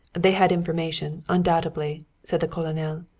they had information undoubtedly, said the colonel.